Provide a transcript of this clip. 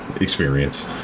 experience